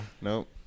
Nope